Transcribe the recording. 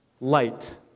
light